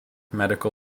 medical